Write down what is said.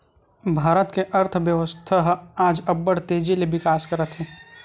भारत के अर्थबेवस्था ह आज अब्बड़ तेजी ले बिकास करत हे